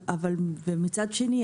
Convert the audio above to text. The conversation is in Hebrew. ומצד שני,